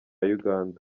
uganda